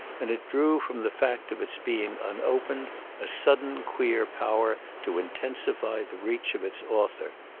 and it drew from the fact of its being unopened a sudden queer power to intensify the reach of its author.